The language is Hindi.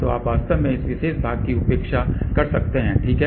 तो आप वास्तव में इस विशेष भाग की उपेक्षा कर सकते हैं ठीक है